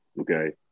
Okay